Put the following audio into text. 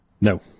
No